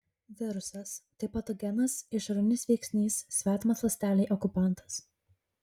virusas tai patogenas išorinis veiksnys svetimas ląstelei okupantas